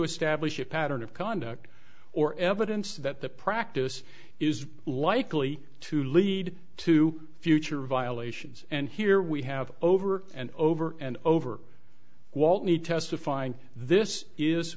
establish a pattern of conduct or evidence that the practice is likely to lead to future violations and here we have over and over and over while need testifying this is